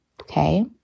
okay